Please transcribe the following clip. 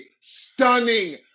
Stunning